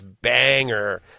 banger